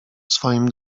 swoim